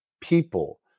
people